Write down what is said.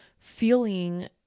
feeling